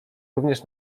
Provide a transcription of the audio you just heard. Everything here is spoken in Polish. również